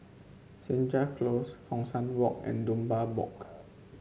Senja Close Hong San Walk and Dunbar Walk